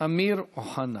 אמיר אוחנה.